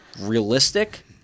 realistic